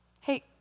Hey